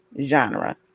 genre